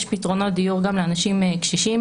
יש פתרונות דיור גם לאנשים קשישים,